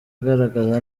agaragara